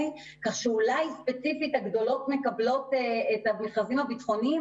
כך שאולי ספציפית הגדולות מקבלות את המכרזים הביטחוניים